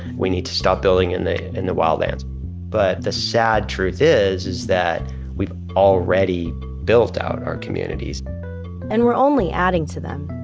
we need to stop building and in the wildlands but the sad truth is is that we've already built out our communities and we're only adding to them.